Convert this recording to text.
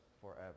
forever